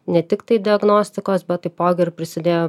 ne tiktai diagnostikos bet taipogi ir prisidėjo